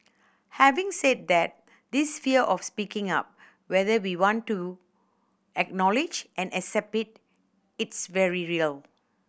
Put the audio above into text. having said that this fear of speaking up whether we want to acknowledge and accept it is very real